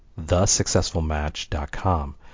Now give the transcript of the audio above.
thesuccessfulmatch.com